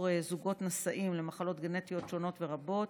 זוגות נשאים למחלות גנטיות שונות ורבות,